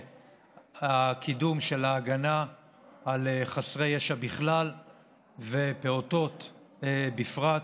הקידום של ההגנה על חסרי ישע בכלל ופעוטות בפרט.